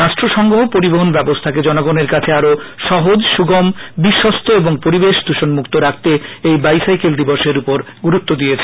রাষ্ট্রসংঘ পরিবহণ ব্যবস্থাকে জনগনের কাছে আরও সহজ সুগম বিশ্বস্ত ও পরিবেশ দূষণ মুক্ত রাখতে এই বাইসাইকেল দিবসের উপর গুরুত্ব দিয়েছে